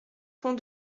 pont